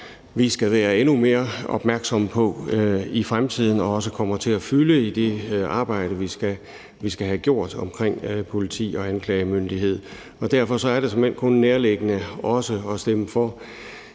vi skal være endnu mere opmærksomme på i fremtiden, og som også kommer til at fylde i det arbejde, vi skal have gjort, omkring politi og anklagemyndighed. Derfor er det såmænd kun nærliggende også at stemme for